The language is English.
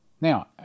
Now